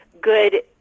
good